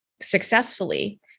successfully